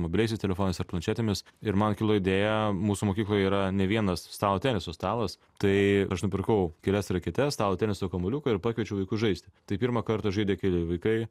mobiliaisiais telefonais ar planšetėmis ir man kilo idėja mūsų mokykloje yra ne vienas stalo teniso stalas tai aš nupirkau kelias raketes stalo teniso kamuoliuką ir pakviečiau vaikus žaisti tai pirmą kartą žaidė keli vaikai